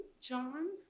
John